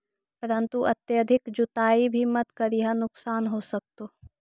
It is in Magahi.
परंतु अत्यधिक जुताई भी मत करियह नुकसान हो सकतो